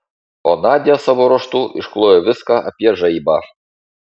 o nadia savo ruožtu išklojo viską apie žaibą